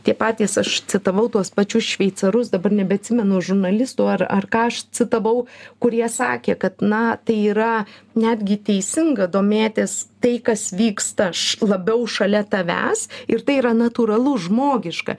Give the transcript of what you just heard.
tie patys aš citavau tuos pačius šveicarus dabar nebeatsimenu žurnalistų ar ar ką aš citavau kurie sakė kad na tai yra netgi teisinga domėtis tai kas vyksta š labiau šalia tavęs ir tai yra natūralu žmogiška